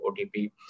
OTP